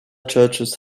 churches